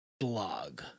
blog